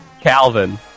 Calvin